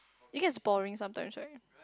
it gets boring sometimes right